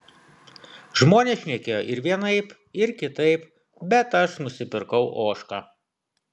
žmonės šnekėjo ir vienaip ir kitaip bet aš nusipirkau ožką